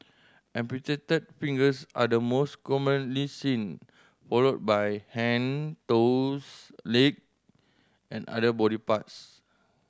amputated fingers are the most commonly seen followed by hand toes leg and other body parts